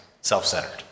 self-centered